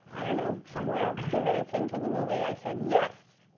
i don't know, somewhere, a few minutes into the movie, i said, yes!